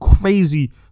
crazy